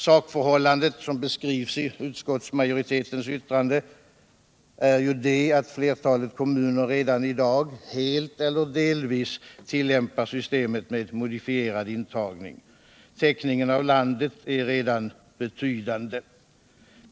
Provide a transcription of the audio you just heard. Sakförhållandet, som beskrivs i utskottsmajoritetens yttrande, är ju det att flertalet kommuner redan i dag helt eller delvis tillämpar systemet med modifierad intagning. Täckningen av landet är redan betydande.